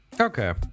Okay